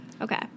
Okay